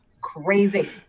crazy